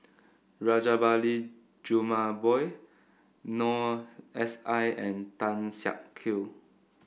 Rajabali Jumabhoy Noor S I and Tan Siak Kew